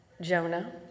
Jonah